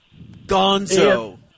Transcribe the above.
gonzo